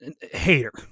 hater